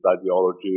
ideology